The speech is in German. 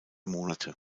monate